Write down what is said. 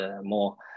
more